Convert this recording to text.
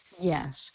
Yes